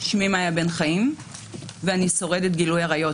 שמי מיה בן חיים ואני שורדת גילוי עריות.